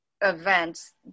events